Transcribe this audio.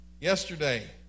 Yesterday